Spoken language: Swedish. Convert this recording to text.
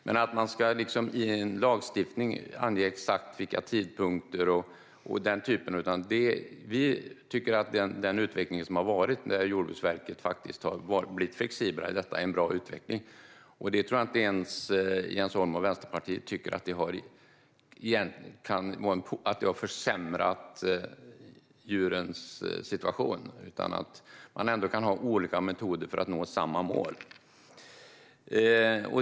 Men när det gäller att i lagstiftning ange exakta tidpunkter och sådana saker tycker vi att den utveckling som har varit, där Jordbruksverket har blivit flexibelt gällande detta, är bra. Jag tror inte ens att Jens Holm och Vänsterpartiet tycker att detta har försämrat djurens situation. Man kan ha olika metoder för att nå samma mål.